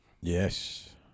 yes